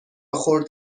خرد